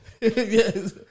Yes